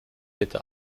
bitte